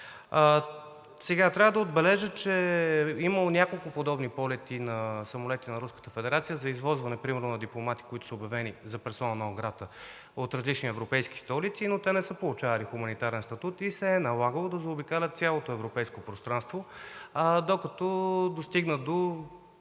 Трябва да отбележа, че е имало няколко подобни полета на самолети на Руската федерация за извозване – примерно, на дипломати, които са обявени за персона нон грата от различни европейски столици, но те не са получавали хуманитарен статут и се е налагало да заобикалят цялото европейско пространство, докато достигнат до